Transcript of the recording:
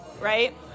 right